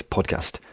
Podcast